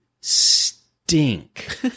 stink